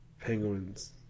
Penguins